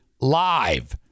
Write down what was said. live